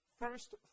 first